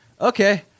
okay